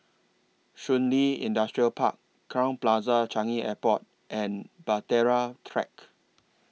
Shun Li Industrial Park Crowne Plaza Changi Airport and Bahtera Track